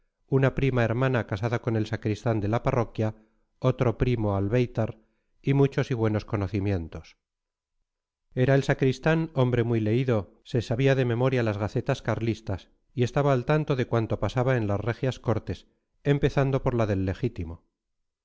una prima hermana casada con el sacristán de la parroquia otro primo albéitar y muchos y buenos conocimientos era el sacristán hombre muy leído se sabía de memoria las gacetas carlistas y estaba al tanto de cuanto pasaba en las regias cortes empezando por la del legítimo